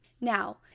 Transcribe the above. Now